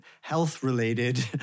health-related